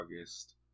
August